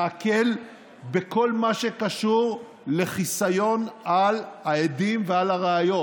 להקל בכל מה שקשור לחיסיון על העדים ועל הראיות.